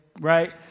right